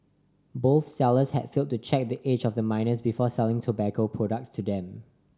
both sellers had failed to check the age of the minors before selling tobacco products to them